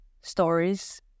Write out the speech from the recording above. stories